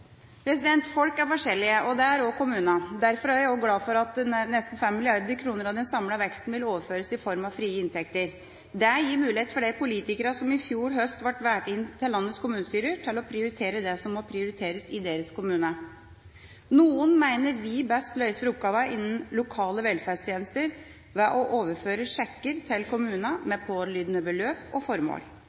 Folk er forskjellige, og det er også kommunene. Derfor er jeg også glad for at nesten 5 mrd. kr av den samlede veksten vil overføres i form av frie inntekter. Det gir muligheter for de politikerne som i fjor høst ble valgt inn i landets kommunestyrer, til å prioritere det som må prioriteres i deres kommune. Noen mener vi best løser oppgavene innen lokale velferdstjenester ved å overføre sjekker til kommunene med pålydende beløp og formål.